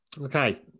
okay